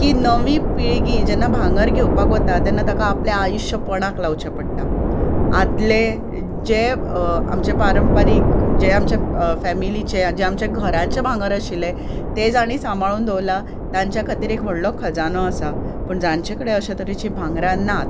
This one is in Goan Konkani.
की नवी पिळगी जेन्ना भांगर घेवपाक वता तेन्ना ताका आपलें आयुश्य पणाक लावचें पडटा आदले जे आमचे पारंपारीक जे आमचे फॅमिलीचे जे घरांचे बी भांगर आशिल्ले तें तांणी सांबाळून दवरलां तांचे खातीर व्हडलो खजानो आसा पूण जांचे कडेन अशें तरेची भांगरां नात